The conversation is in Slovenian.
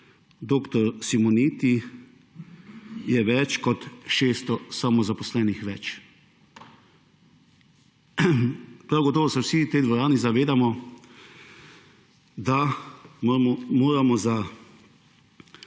dr. Simoniti, je več kot 600 samozaposlenih več. Prav gotovo se vsi v tej dvorani zavedamo, da moramo za